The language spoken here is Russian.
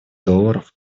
долларов